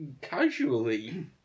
casually